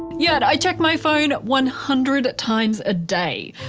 yet, i check my phone one hundred times a day,